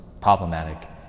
problematic